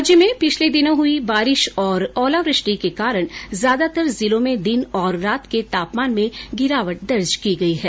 राज्य में पिछले दिनों हुई बारिश और ओलावृष्टि के कारण ज्यादातर जिलों में दिन और रात के तापमान में गिरावट दर्जे की गयी है